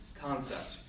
concept